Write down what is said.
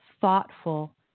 thoughtful